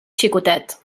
xicotet